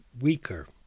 weaker